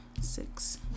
six